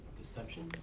Deception